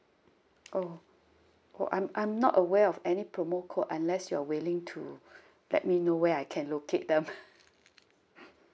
oh oh I'm I'm not aware of any promo code unless you're willing to let me know where I can locate them